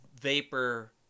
vapor